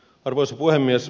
arvoisa puhemies